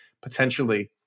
potentially